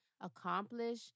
accomplish